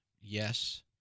yes